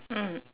mm